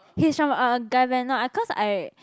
he's from a a guy van ah cause I